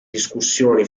discussioni